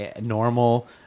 normal